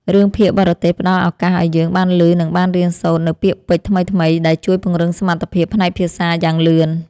រឿងភាគបរទេសផ្ដល់ឱកាសឱ្យយើងបានឮនិងបានរៀនសូត្រនូវពាក្យពេចន៍ថ្មីៗដែលជួយពង្រឹងសមត្ថភាពផ្នែកភាសាយ៉ាងលឿន។